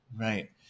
Right